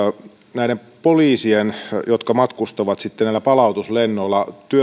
näiden poliisien jotka matkustavat palautuslennoilla